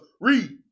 Read